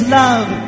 love